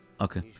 okay